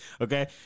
Okay